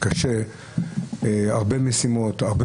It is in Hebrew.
וקצת לא מקובל על יושב-ראש הוועדה ועל חברי